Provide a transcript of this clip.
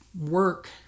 work